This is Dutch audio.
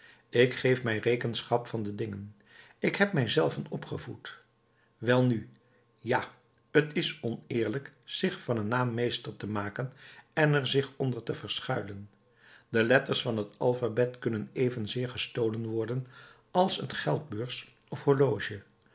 ik geef mij rekenschap van de dingen ik heb mij zelven opgevoed welnu ja t is oneerlijk zich van een naam meester te maken en er zich onder te verschuilen de letters van het alphabet kunnen evenzeer gestolen worden als een geldbeurs of horloge